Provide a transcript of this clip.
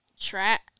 trap